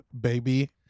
baby